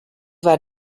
war